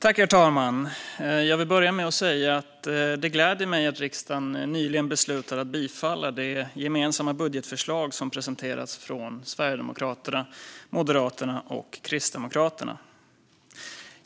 Herr talman! Jag vill börja med att säga att det gläder mig att riksdagen nyligen beslutade att bifalla det gemensamma budgetförslaget från Sverigedemokraterna, Moderaterna och Kristdemokraterna.